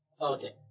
Okay